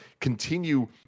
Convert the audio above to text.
continue